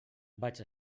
vaig